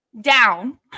down